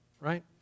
right